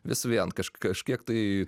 vis vien kaž kažkiek tai